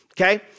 okay